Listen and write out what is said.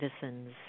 citizens